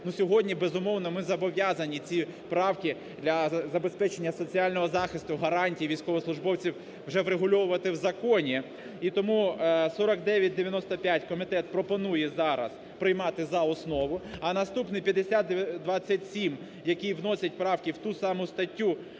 сьогодні, безумовно, ми зобов’язані ці правки, для забезпечення соціального захисту, гарантій військовослужбовців вже врегульовувати в законі. І тому 4995 комітет пропонує зараз приймати за основу, а наступний 5027, який вносить правки в ту саму статтю